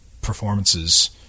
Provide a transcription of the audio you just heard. performances